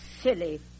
silly